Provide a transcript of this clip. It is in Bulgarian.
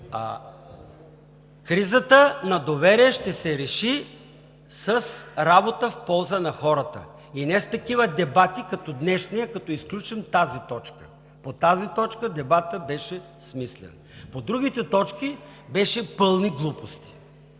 Кризата на доверие ще се реши с работа в полза на хората, не с такива дебати като днешния, като изключим тази точка. По тази точка дебатът беше смислен. По другите точки бяха пълни глупости,